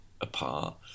apart